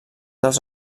dels